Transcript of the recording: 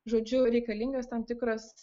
žodžiu reikalingas tam tikras